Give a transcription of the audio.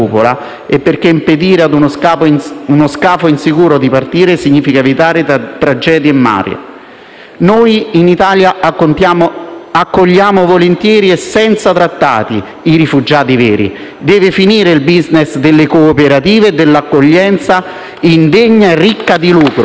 e perché impedire ad uno scafo insicuro di partire significa evitare tragedie in mare. Noi in Italia accogliamo volentieri e senza trattati i rifugiati veri; deve finire il *business* delle cooperative dell'accoglienza indegna e ricca di lucro.